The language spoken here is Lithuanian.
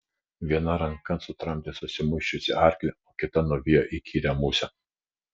viena ranka sutramdė susimuisčiusį arklį o kita nuvijo įkyrią musę